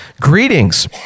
greetings